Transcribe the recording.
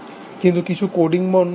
কিন্তু কিছু কোডিং বা অন্যকিছু